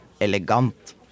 Elegant